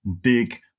big